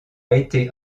été